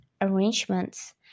arrangements